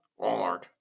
Walmart